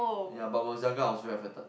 ya but when I was younger I was very affected